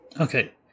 Okay